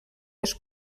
les